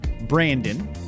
Brandon